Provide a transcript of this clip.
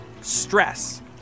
Stress